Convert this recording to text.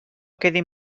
quedin